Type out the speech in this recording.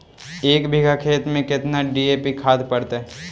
एक बिघा खेत में केतना डी.ए.पी खाद पड़तै?